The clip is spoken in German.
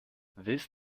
willst